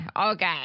Okay